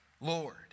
Lord